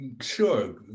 sure